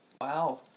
Wow